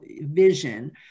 vision